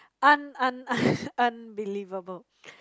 un un un unbelievable